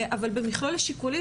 אבל במכלול השיקולים,